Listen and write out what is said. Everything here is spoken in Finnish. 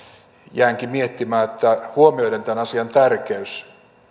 jäänkin miettimään huomioiden tämän asian tärkeyden